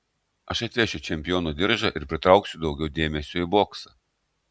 aš atvešiu čempiono diržą ir pritrauksiu daugiau dėmesio į boksą